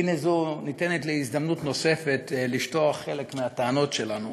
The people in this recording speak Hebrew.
והנה ניתנת לי הזדמנות נוספת לשטוח חלק מהטענות שלנו.